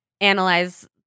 analyze